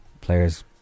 players